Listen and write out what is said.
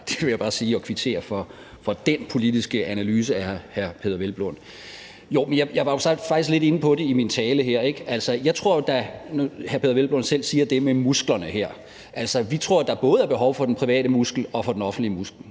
Det vil jeg bare sige, og jeg vil kvittere for den politiske analyse af hr. Peder Hvelplund. Jeg var jo faktisk lidt inde på det i min tale her. Altså, nu siger hr. Peder Hvelplund selv det med musklerne her, og vi tror, at der både er behov for den private muskel og for den offentlige muskel.